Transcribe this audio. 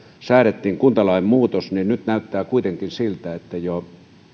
säädettiin niin nyt näyttää kuitenkin siltä että jo